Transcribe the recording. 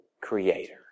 creator